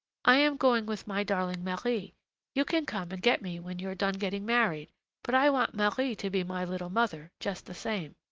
i am going with my darling marie you can come and get me when you're done getting married but i want marie to be my little mother, just the same.